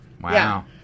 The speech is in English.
Wow